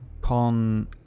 con